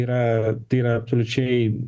yra tai yra absoliučiai